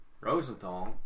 Rosenthal